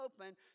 open